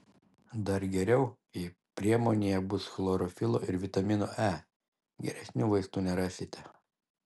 dar geriau jei priemonėje bus chlorofilo ir vitamino e geresnių vaistų nerasite